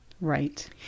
Right